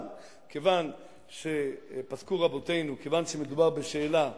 אבל פסקו רבותינו, כיוון שמדובר בשאלה,